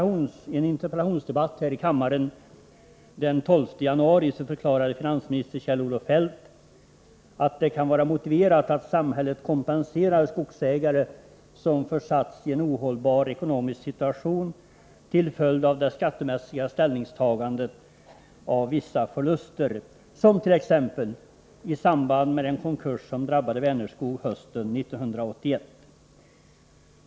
I en interpellationsdebatt här i kammaren den 12 januari förklarade finansminister Kjell-Olof Feldt att det kan vara motiverat att samhället kompenserar skogsägare som försatts i en ohållbar ekonomisk situation till följd av det skattemässiga ställningstagandet till vissa förluster — t.ex. i samband med den konkurs som drabbade Vänerskog hösten 1981.